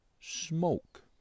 smoke